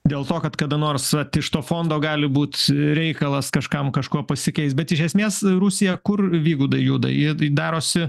dėl to kad kada nors vat iš to fondo gali būt reikalas kažkam kažko pasikeist bet iš esmės rusija kur vygaudai juda ji darosi